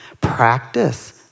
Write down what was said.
Practice